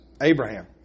Abraham